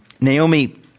Naomi